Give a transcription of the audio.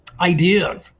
idea